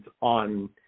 on